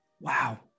Wow